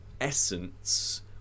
essence